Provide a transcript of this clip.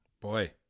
Boy